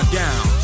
down